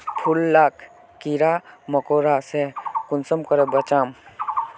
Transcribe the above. फूल लाक कीड़ा मकोड़ा से कुंसम करे बचाम?